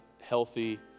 healthy